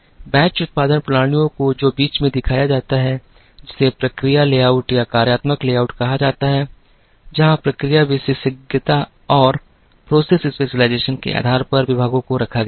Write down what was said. batch उत्पादन प्रणालियों को जो बीच में दिखाया जाता है जिसे प्रक्रिया लेआउट या कार्यात्मक लेआउट कहा जाता है जहां प्रक्रिया विशेषज्ञता के आधार पर विभागों को रखा गया था